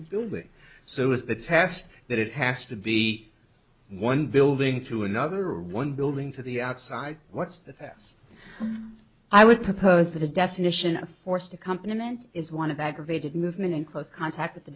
the building so is the test that it has to be one building to another one building to the outside what's that i would propose the definition of forced accompaniment is one of aggravated movement in close contact with the